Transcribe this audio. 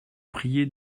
prié